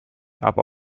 aber